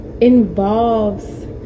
involves